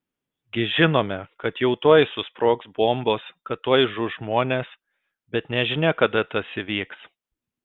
gi žinome kad jau tuoj susprogs bombos kad tuoj žus žmonės bet nežinia kada tas įvyks